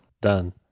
done